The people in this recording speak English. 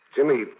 Jimmy